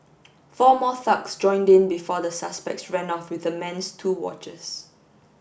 four more thugs joined in before the suspects ran off with the man's two watches